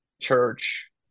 church